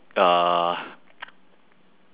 uh